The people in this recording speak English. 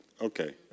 Okay